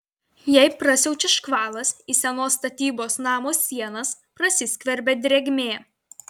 jei prasiaučia škvalas į senos statybos namo sienas prasiskverbia drėgmė